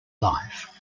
life